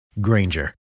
Granger